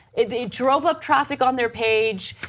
it drove up traffic on their page.